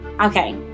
Okay